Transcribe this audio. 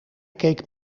keek